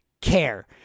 care